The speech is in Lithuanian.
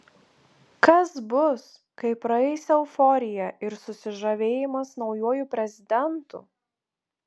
kas bus kai praeis euforija ir susižavėjimas naujuoju prezidentu